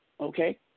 okay